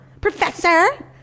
Professor